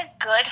good